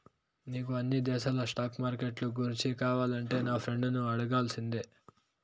నీకు అన్ని దేశాల స్టాక్ మార్కెట్లు గూర్చి కావాలంటే నా ఫ్రెండును అడగాల్సిందే